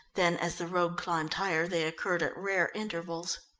then as the road climbed higher, they occurred at rare intervals.